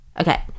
Okay